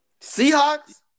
Seahawks